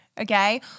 okay